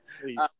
please